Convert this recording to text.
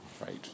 right